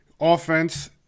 Offense